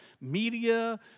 media